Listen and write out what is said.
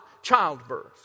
childbirth